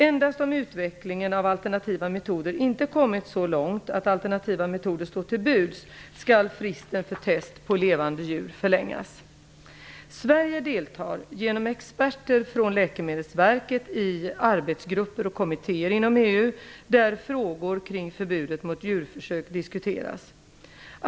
Endast om utvecklingen av alternativa metoder inte kommit så långt att alternativa metoder står till buds skall fristen för test på levande djur förlängas. Sverige deltar genom experter från Läkemedelsverket i arbetsgrupper och kommittéer inom EU där frågor kring förbudet mot djurförsök diskuteras.